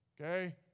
okay